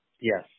Yes